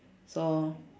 so